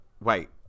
wait